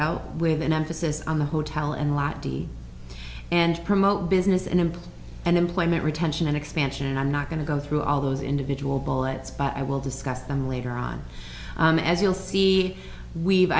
out with an emphasis on the hotel and lotty and promote business and employee and employment retention and expansion and i'm not going to go through all those individual bullets but i will discuss them later on as you'll see we've